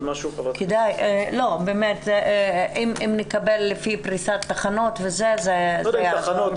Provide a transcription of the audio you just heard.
אם נקבל לפי פריסת תחנות, זה מאוד יעזור.